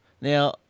Now